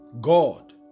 God